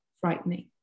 frightening